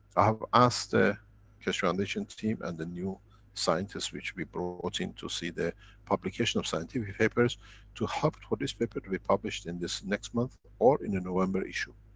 i have asked the keshe foundation team and the new scientists which we brought in to see the publication of scientific papers to help for this paper to be published in this next month or in the november issue.